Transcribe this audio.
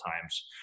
times